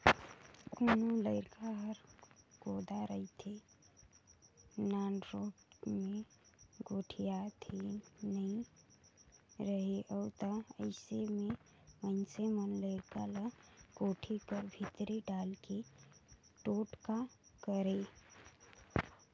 कोनो लरिका हर कोदा रहथे, नानरोट मे गोठियात नी रहें उ ता अइसे मे मइनसे मन लरिका ल कोठी कर भीतरी डाले के टोटका करय